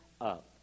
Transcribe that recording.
up